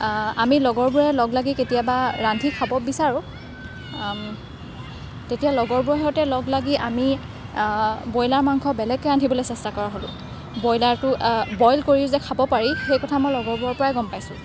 আমি লগৰবোৰে লগ লাগি কেতিয়াবা ৰান্ধি খাব বিচাৰোঁ তেতিয়া লগৰবোৰ আহোঁতে লগলাগি আমি ব্ৰইলাৰ মাংস বেলেগকৈ ৰান্ধিবলৈ চেষ্টা কৰা হ'লোঁ ব্ৰইলাৰটো বইল কৰি যে খাব পাৰি সেই কথা মই লগৰবোৰৰ পৰাই গম পাইছোঁ